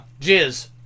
Jizz